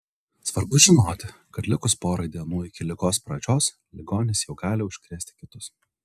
svarbu žinoti kad likus porai dienų iki ligos pradžios ligonis jau gali užkrėsti kitus